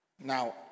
Now